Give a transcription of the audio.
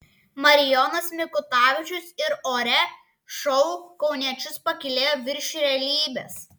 marijonas mikutavičius ir ore šou kauniečius pakylėjo virš realybės